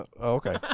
Okay